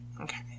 okay